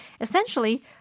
Essentially